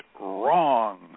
wrong